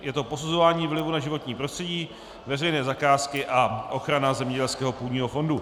Je to posuzování vlivů na životní prostředí, veřejné zakázky a ochrana zemědělského půdního fondu.